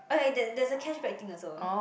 oh ya there's there's a cashback thing also